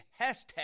hashtag